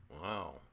Wow